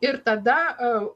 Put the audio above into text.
ir tada